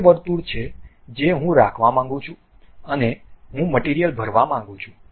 આ તે વર્તુળ છે જે હું રાખવા માંગું છું અને હું મટીરીયલ ભરવા માંગું છું